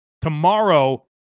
tomorrow